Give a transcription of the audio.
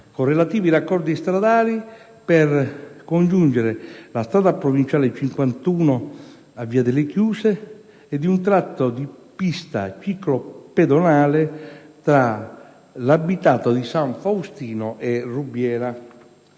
con relativi raccordi stradali, per congiungere la Strada provinciale 51 a via delle Chiuse, e di un tratto di pista ciclopedonale tra l'abitato di San Faustino e Rubiera.